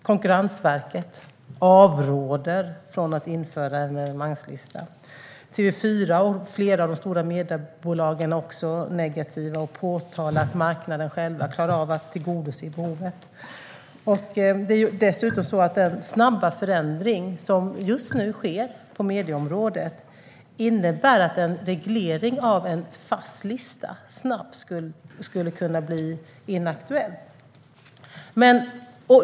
Konkurrensverket avråder från att införa en evenemangslista. Det är dessutom så att den snabba förändring som just nu sker på medieområdet innebär att en reglering av en fast lista snabbt skulle kunna bli inaktuell.